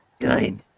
Good